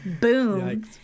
boom